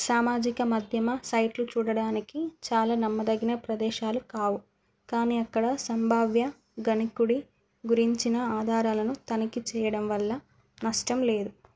సామాజిక మధ్యమ సైట్లు చూడడానికి చాలా నమ్మదగిన ప్రదేశాలు కావు కానీ అక్కడ సంభావ్య గణికుడి గురించిన ఆధారాలను తనిఖీ చేయడం వల్ల నష్టం లేదు